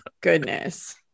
goodness